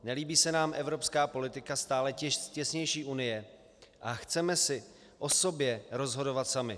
Nelíbí se nám evropská politika stále těsnější Unie a chceme si o sobě rozhodovat sami.